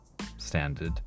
standard